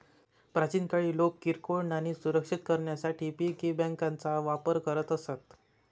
प्राचीन काळी लोक किरकोळ नाणी सुरक्षित करण्यासाठी पिगी बँकांचा वापर करत असत